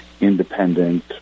independent